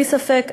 בלי ספק,